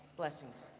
blessings.